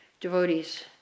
devotees